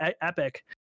epic